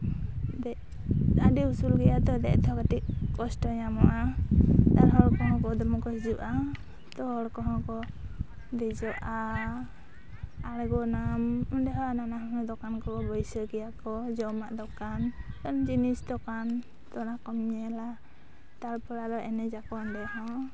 ᱟᱹᱰᱤ ᱩᱥᱩᱞ ᱜᱮᱭᱟ ᱛᱚ ᱫᱮᱡ ᱛᱮᱦᱚᱸ ᱠᱟᱹᱴᱤᱡ ᱠᱚᱥᱴᱚ ᱧᱟᱢᱚᱜᱼᱟ ᱮᱱᱨᱮᱦᱚ ᱸᱦᱚᱲ ᱫᱚ ᱫᱚᱢᱮ ᱠᱚ ᱦᱤᱡᱩᱜᱼᱟ ᱛᱚ ᱦᱚᱲ ᱠᱚᱦᱚᱸ ᱠᱚ ᱫᱮᱡᱚᱜᱼᱟ ᱟᱬᱜᱚᱱᱟ ᱚᱸᱰᱮ ᱦᱚᱸ ᱱᱟᱱᱟᱦᱩᱱᱟᱹᱨ ᱫᱚᱠᱟᱱ ᱠᱚ ᱵᱟᱹᱭᱥᱟᱹᱣ ᱜᱮᱭᱟ ᱠᱚ ᱡᱚᱢᱟᱜ ᱫᱚᱠᱟᱱ ᱡᱤᱱᱤᱥ ᱫᱚᱠᱟᱱ ᱛᱚ ᱚᱱᱟ ᱠᱚᱢ ᱧᱮᱞᱟ ᱛᱟᱨᱯᱚᱨᱮ ᱟᱵᱟᱨ ᱮᱱᱮᱡᱟᱠᱚ ᱚᱸᱰᱮ ᱦᱚᱸ